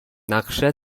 نقشت